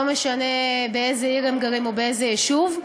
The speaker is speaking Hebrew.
לא משנה באיזו עיר הם גרים או באיזה יישוב.